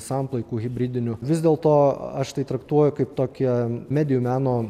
samplaikų hibridinių vis dėl to aš tai traktuoju kaip tokią medijų meno